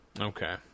Okay